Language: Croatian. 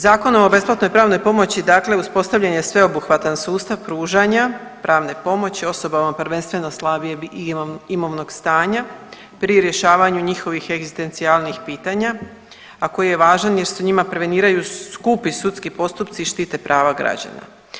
Zakon o besplatnoj pravnoj pomoći uspostavljen je sveobuhvatan sustav pružanja pravne pomoći, osobama prvenstveno slabijeg imovnog stanja pri rješavanju njihovih egzistencijalnih pitanja, a koji je važan jer se njima preveniraju skupi sudski postupci i štite prava građana.